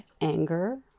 anger